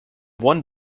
one